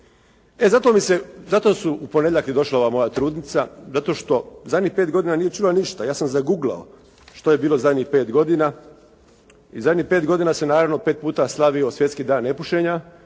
zato su, u ponedjeljak i došla ova moja trudnica zato što zadnjih 5 godina nije čula ništa. Ja sam zaguglao što je bilo zadnjih 5 godina i zadnjih 5 godina se naravno 5 puta slavio Svjetski dan nepušenja